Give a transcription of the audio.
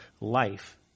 life